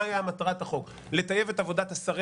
מהי מטרת החוק לטייב את עבודת שרי